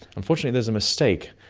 unfortunately there's a mistake.